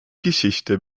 geschichte